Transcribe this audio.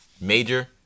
major